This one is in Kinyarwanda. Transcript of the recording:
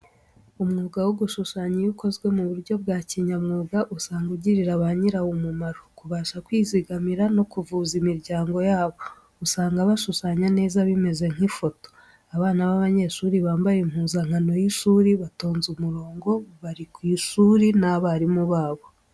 Umwuga wo gushushanya iyo ukozwe mu buryo bya kinyamwuga usanga ugirira ba nyirawo umumaro, kubasha kwizigamira, no kuvuza imiryango yabo. Usanga bashushanya neza bimeze nk'ifoto. Abana b'abanyeshuri bambaye impuzankano y'ishuri, batonze umurongo bari ku ishuri n'abarimu babo